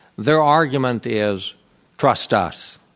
their argument is trust us,